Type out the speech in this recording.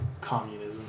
Communism